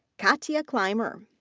katia clymer.